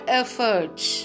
efforts